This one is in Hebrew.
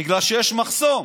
בגלל שיש מחסום,